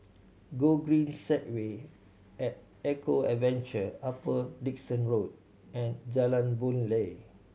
Gogreen Segway At Eco Adventure Upper Dickson Road and Jalan Boon Lay